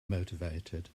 motivated